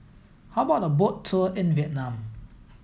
how about a boat tour in Vietnam